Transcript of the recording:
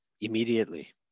immediately